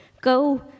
Go